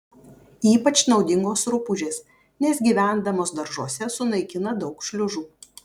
ypač naudingos rupūžės nes gyvendamos daržuose sunaikina daug šliužų